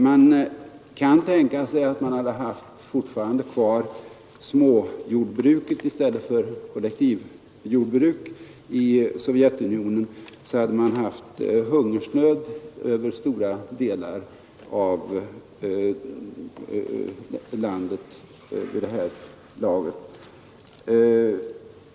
Vi kan tänka oss att man fortfarande hade haft kvar småjordbruk i stället för kollektivjordbruk i Sovjetunionen, då hade man haft hungersnöd över stora delar av landet vid det här laget.